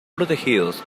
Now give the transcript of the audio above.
protegidos